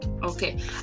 Okay